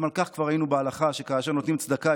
גם על כך כבר היינו בהלכה שכאשר נותנים צדקה,